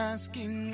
Asking